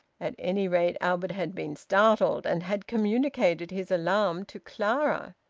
at any rate, albert had been startled, and had communicated his alarm to clara.